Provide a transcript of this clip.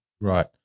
Right